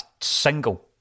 single